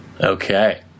Okay